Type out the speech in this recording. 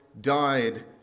died